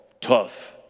tough